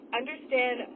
understand